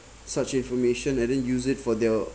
such information and then use it for their